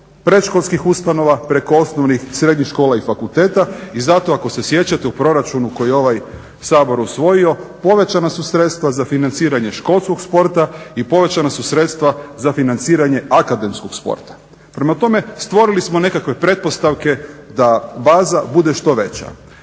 predškolskih ustanova, preko osnovnih i srednjih škola i fakulteta i zato ako se sjećate u proračunu koji je ovaj Sabor usvojio povećana su sredstva za financiranje školskog sporta i povećana su sredstva za financiranje akademskog sporta. Prema tome, stvorili smo nekakve pretpostavke da baza bude što veća.